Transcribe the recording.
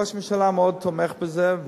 ראש הממשלה תומך מאוד בזה.